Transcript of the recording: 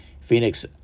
Phoenix